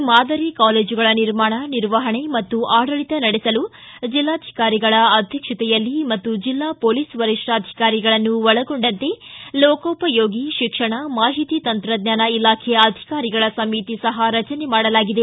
ಈ ಮಾದರಿ ಕಾಲೇಜುಗಳ ನಿರ್ಮಾಣ ನಿರ್ವಹಣೆ ಮತ್ತು ಆಡಳಿತ ನಡೆಸಲು ಜಿಲ್ಲಾಧಿಕಾರಿಗಳ ಅಧ್ಯಕ್ಷತೆಯಲ್ಲಿ ಮತ್ತು ಜಿಲ್ಲಾ ಪೊಲೀಸ್ ವರಿಷ್ಠಾಧಿಕಾರಿಗಳನ್ನು ಒಳಗೊಂಡಂತೆ ಲೋಕೋಪಯೋಗಿ ಶಿಕ್ಷಣ ಮಾಹಿತಿ ತಂತ್ರಜ್ಞಾನ ಇಲಾಖೆ ಅಧಿಕಾರಿಗಳ ಸಮಿತಿ ಸಹ ರಚನೆ ಮಾಡಲಾಗಿದೆ